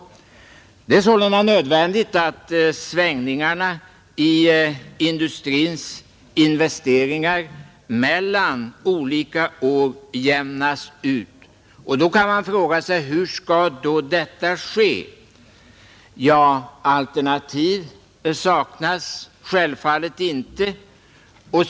Det är sålunda nödvändigt att svängningarna i industrins investeringar mellan olika år jämnas ut. Men då kan man fråga: Hur skall detta ske? Ja, alternativ saknas självfallet inte.